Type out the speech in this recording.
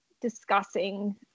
discussing